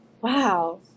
wow